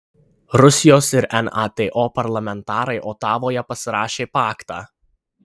rusijos ir nato parlamentarai otavoje pasirašė paktą